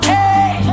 Hey